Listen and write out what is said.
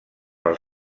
pel